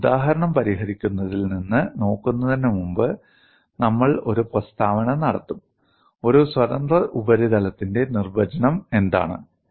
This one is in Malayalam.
ഒരു ഉദാഹരണം പരിഹരിക്കുന്നതിൽ നിന്ന് നോക്കുന്നതിന് മുമ്പ് നമ്മൾ ഒരു പ്രസ്താവന നടത്തും ഒരു സ്വതന്ത്ര ഉപരിതലത്തിന്റെ നിർവചനം എന്താണ്